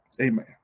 Amen